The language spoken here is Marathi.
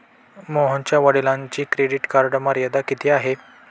मोहनच्या वडिलांची क्रेडिट कार्ड मर्यादा किती आहे?